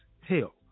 hell